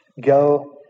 Go